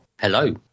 Hello